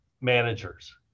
managers